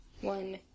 One